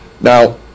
Now